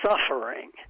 suffering